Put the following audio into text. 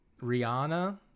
Rihanna